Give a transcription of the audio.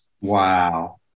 Wow